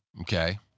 Okay